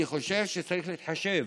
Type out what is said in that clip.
אני חושב שצריך להתחשב.